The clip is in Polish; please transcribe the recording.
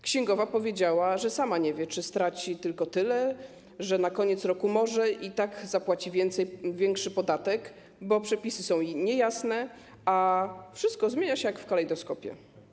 Księgowa powiedziała jej, że sama nie wie, czy straci tylko tyle, że na koniec roku może i tak zapłaci większy podatek, bo przepisy są niejasne, a wszystko zmienia się jak w kalejdoskopie.